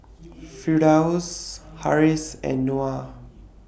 Firdaus Harris and Noah